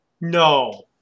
No